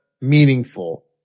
meaningful